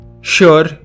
Sure